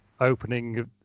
opening